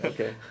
Okay